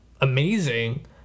amazing